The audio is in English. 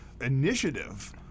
initiative